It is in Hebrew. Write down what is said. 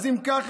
אז אם ככה,